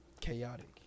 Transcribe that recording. Chaotic